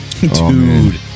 Dude